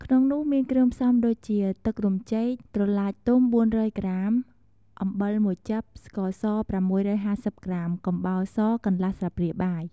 ក្នុងនោះមានគ្រឿងផ្សំដូចជា ទឹករំចេក ត្រឡាចទុំ ៤០០ក្រាម អំបិលមួយចឹប ស្ករស ៦៥០ក្រាម កំបោរសកន្លះស្លាព្រាបាយ។